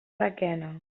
requena